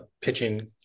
pitching